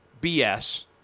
BS